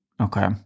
Okay